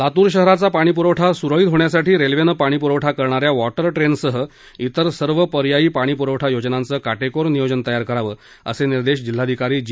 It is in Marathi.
लातूर शहराचा पाणी प्रवठा स्रळित होण्यासाठी रेल्वेनं पाणीप्रवठा करणाऱ्या वॉटर ट्रेनसह इतर सर्व पर्यांयी पाणी प्रवठा योजनांचं काटेकोर नियोजन तयार करावं असे निर्देश जिल्हाधिकारी जी